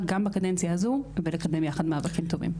גם בקדנציה הזו ונקדם יחד מאבקים טובים.